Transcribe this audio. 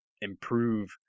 improve